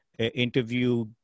interview